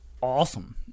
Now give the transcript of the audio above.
awesome